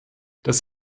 dass